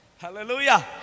Hallelujah